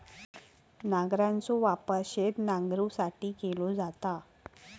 नांगराचो वापर शेत नांगरुसाठी केलो जाता